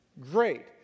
great